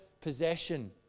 possession